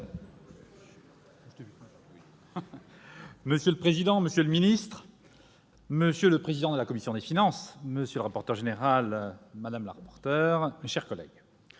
Monsieur le président, monsieur le ministre, monsieur le président de la commission des finances, monsieur le rapporteur général, madame la rapporteur, mes chers collègues,